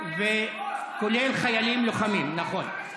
כולל חיילים לוחמים, נכון.